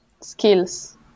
skills